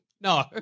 No